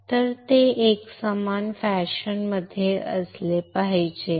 आता ते एकसमान फॅशनमध्ये असले पाहिजे